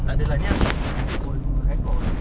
tak adalah ini untuk aku punya own record